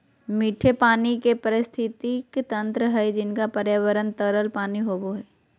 मीठे पानी के पारिस्थितिकी तंत्र हइ जिनका पर्यावरण तरल पानी होबो हइ